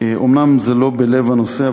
אומנם זה לא בלב הנושא,